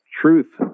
Truth